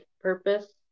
purpose